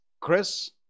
Chris